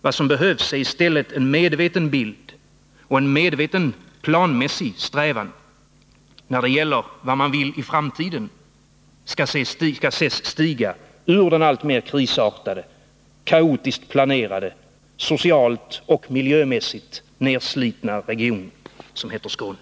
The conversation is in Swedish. Vad som behövs är i stället en medveten bild och en medveten, planmässig strävan när det gäller vad man vill i framtiden se stiga ur den alltmer krisartade, kaotiskt planerade, socialt och miljömässigt nedslitna region som heter Skåne.